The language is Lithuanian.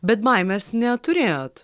bet baimės neturėjot